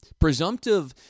presumptive